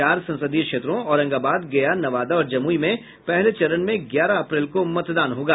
चार संसदीय क्षेत्रों औरंगाबाद गया नवादा और जमुई में पहले चरण में ग्यारह अप्रैल को मतदान होगा